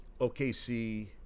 OKC